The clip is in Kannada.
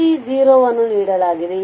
ವಿಸಿ 0 ಅನ್ನು ನೀಡಲಾಗಿದೆ